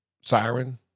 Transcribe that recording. siren